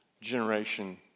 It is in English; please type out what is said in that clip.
generation